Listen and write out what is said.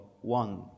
One